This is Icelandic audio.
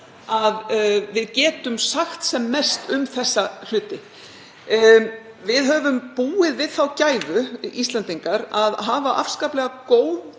að við getum sagt sem mest um þessa hluti. Við höfum búið við þá gæfu, Íslendingar, að hafa afskaplega góð